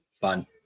Fun